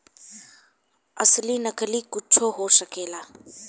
असली नकली कुच्छो हो सकेला